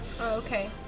okay